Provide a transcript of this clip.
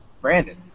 Brandon